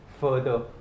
further